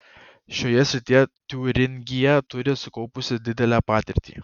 šioje srityje tiūringija turi sukaupusi didelę patirtį